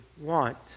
want